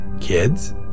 Kids